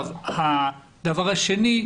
הדבר השני,